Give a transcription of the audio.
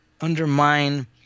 undermine